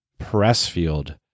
Pressfield